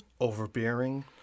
Overbearing